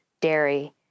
dairy